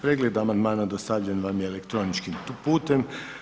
Pregled amandmana dostavljen vam je elektroničkim putem.